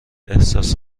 احساس